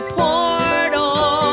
portal